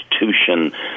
institution